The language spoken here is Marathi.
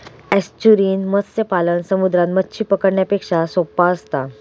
एस्चुरिन मत्स्य पालन समुद्रात मच्छी पकडण्यापेक्षा सोप्पा असता